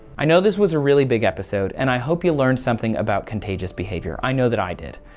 i know this was a really big episode and i hope you learned something about contagious behavior. i know that i did.